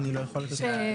אה, אני לא יכול לתת לה.